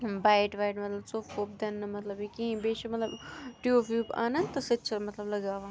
bite وایِٹ مطلب ژوٚپ ووٚپ دِنہٕ نہٕ مطلب یہِ کِہیٖنۍ بیٚیہِ چھِ مطلب ٹیوٗب ویوٗب اَنَن تہٕ سُہ تہِ چھِ مطلب لگاوان